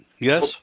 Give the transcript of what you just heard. yes